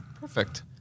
Perfect